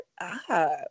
up